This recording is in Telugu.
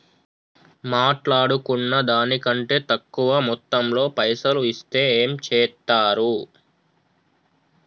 మాట్లాడుకున్న దాని కంటే తక్కువ మొత్తంలో పైసలు ఇస్తే ఏం చేత్తరు?